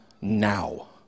now